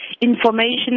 information